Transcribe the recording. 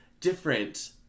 different